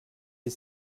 les